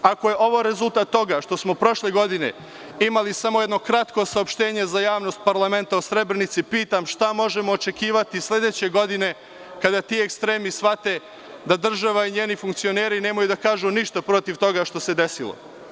Ako je ovo rezultat toga što smo prošle godine imali samo jedno kratko saopštenje za javnost parlamenta o Srebrenici, pitam šta možemo očekivati sledeće godine kada ti ekstremi shvate da država i njeni funkcioneri nemaju da kažu ništa protiv toga što se desilo.